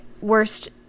worst